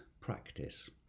practice